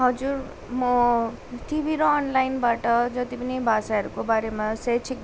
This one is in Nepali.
हजुर म टिभी र अनलाइनबाट जति पनि भाषाहरूको बारेमा शैक्षिक